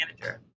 manager